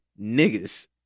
Niggas